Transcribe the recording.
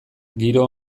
giro